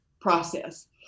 process